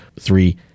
three